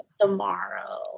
tomorrow